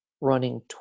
running